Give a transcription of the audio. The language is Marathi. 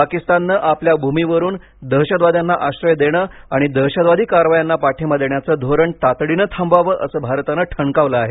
पाकिस्तानने आपल्या भूमीवरून दहशतवाद्यांना आश्रय देणं आणि दहशतवादी कारवायांना पाठिंबा देण्याचं धोरण तातडीने थांबवावे असे भारताने ठणकावले आहे